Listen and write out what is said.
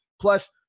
Plus